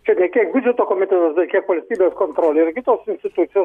čia ne kiek biudžeto komitetas dar kiek valstybės kontrolė ir kitos institucijos